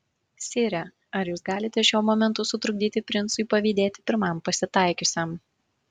sire ar jūs galite šiuo momentu sutrukdyti princui pavydėti pirmam pasitaikiusiam